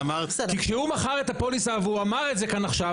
כי כשהוא מכר את הפוליסה והוא אמר את זה כאן עכשיו,